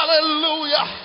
Hallelujah